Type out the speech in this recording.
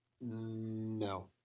No